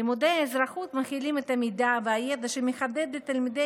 לימודי האזרחות מכילים את המידע והידע שמחדדים לתלמידי